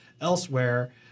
elsewhere